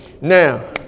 Now